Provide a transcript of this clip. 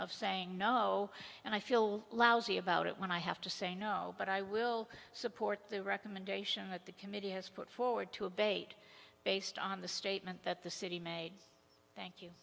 of saying no and i feel lousy about it when i have to say no but i will support the recommendation that the committee has put forward to abate based on the statement that the city made thank you